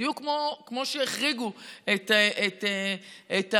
בדיוק כמו שהחריגו את הפסיכולוגים,